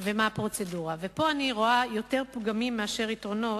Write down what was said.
ומה הפרוצדורה, ופה אני רואה יותר פגמים מיתרונות,